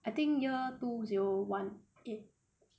I think year two zero one eight